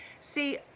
See